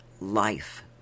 life